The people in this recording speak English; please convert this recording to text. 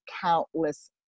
countless